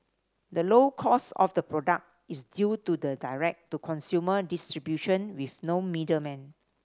the low cost of the product is due to the direct to consumer distribution with no middlemen